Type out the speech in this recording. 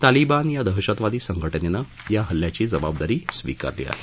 तालीबान या दहशवादी संघटनेनं या हल्ल्याची जबाबदारी स्वीकारली आहे